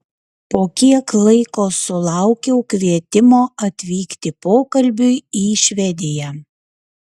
po kiek laiko sulaukiau kvietimo atvykti pokalbiui į švediją